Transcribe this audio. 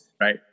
Right